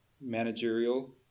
managerial